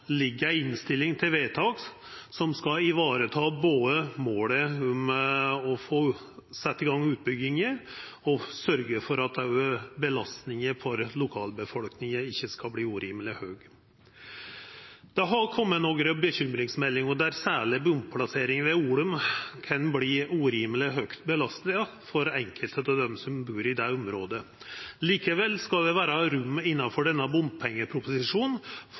ligg no føre ei innstilling til vedtak som skal vareta begge måla: å få sett i gang utbygginga og å sørgja for at belastinga for lokalbefolkninga ikkje skal verta urimeleg høg. Det har òg kome nokre bekymringsmeldingar. Særleg kan bomplasseringa ved Olum verta ei urimeleg høg belasting for enkelte av dei som bur i dette området. Likevel skal det innanfor denne bompengeproposisjonen